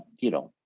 you know,